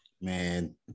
man